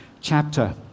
chapter